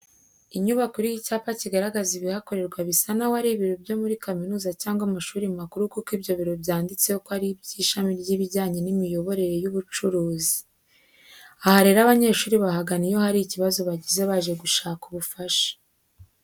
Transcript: Inyubako iriho icyapa kigaragaza ibihakorerwa bisa naho ari ibiro byo muri kaminuza cyangwa amashuri makuru kuko ibyo biro byanditseho ko ari iby'ishami ry'ibijyanye n'imiyoborere y'ubucuruzi. Aha rero abanyeshuri bahagana iyo hari ikibazo bagize baje gushaka ubufasha.